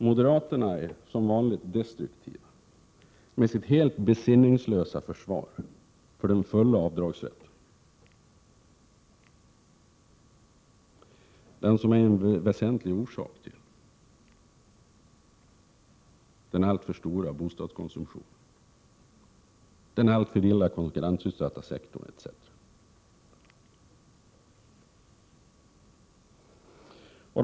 Moderaterna är som vanligt destruktiva, med sitt helt besinningslösa försvar för den fulla avdragsrätten — den som är en väsentlig orsak till den alltför stora bostadskonsumtionen, den alltför lilla konkurrensutsatta sektorn etc.